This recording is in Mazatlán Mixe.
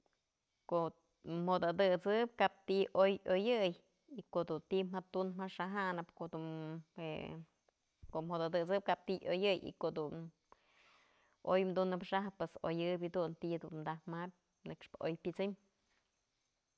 Ko'o jo'ot atësëp kap ti'i oy i'oyëy y ko'o du ti'i ja tun ja xajanëp je'e ko'o jo'ot atësëp kap ti'i i'oyëy y ko'o dun oy dunëp xajëp pues oyëb jedun ti'i dun taj mabyë, nëxpë je oy pyësëm.